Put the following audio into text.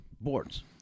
boards